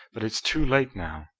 but it's too late now.